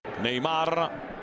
Neymar